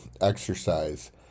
exercise